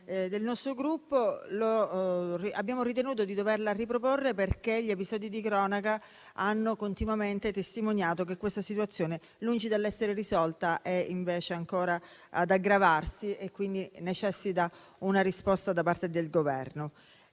del nostro Gruppo e abbiamo ritenuto di doverla riproporre, perché gli episodi di cronaca hanno continuamente testimoniato che questa situazione, lungi dall'essere risolta, si è invece aggravata e quindi necessita di una risposta da parte del Governo.